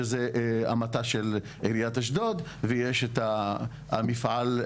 שזה מט"ש של עיריית אשדוד ויש את המפעל,